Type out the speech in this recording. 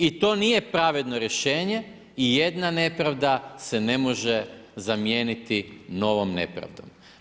I to nije pravedno rješenje, i jedna nepravda se ne može zamijeniti novom nepravdom.